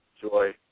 Joy